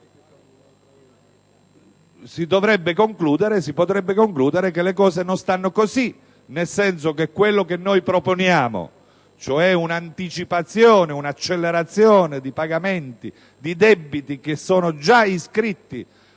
si dovrebbe concludere che le cose non stanno così, nel senso che quello che noi proponiamo, cioè un'anticipazione e un'accelerazione di pagamenti di debiti già iscritti